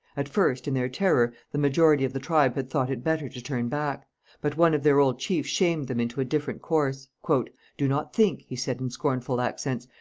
at first, in their terror, the majority of the tribe had thought it better to turn back but one of their old chiefs shamed them into a different course. do not think he said, in scornful accents,